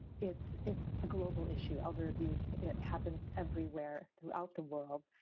it is a global issue. elder abuse, it happens everywhere throughout the world.